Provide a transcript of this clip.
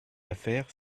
affaire